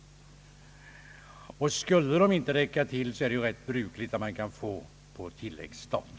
Skulle så inte vara fallet är det ju brukligt att ytterligare medel kan anvisas på tilläggsstat.